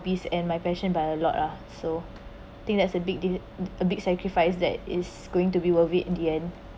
hobbies and my passion by a lot ah so think that is a big de~ a big sacrifice that is going to be worth it in the end